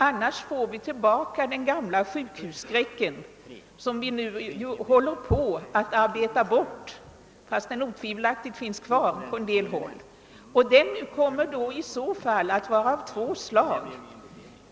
Eljest får vi tillbaka den gamla sjukhusskräcken, som utan tvivel finns kvar på en del håll men som vi nu håller på att arbeta bort. Den kommer i så fall att vara av två slag.